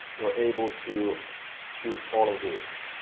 you're able to choose all of these.